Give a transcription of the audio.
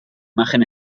imagen